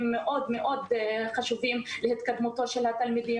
מאוד מאוד חשובים להתקדמותו של התלמיד.